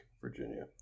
Virginia